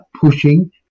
pushing